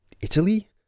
Italy